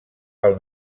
pel